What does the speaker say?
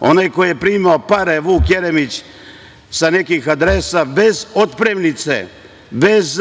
onaj koji je primao pare, Vuk Jeremić, sa nekih adresa bez otpremnice, bez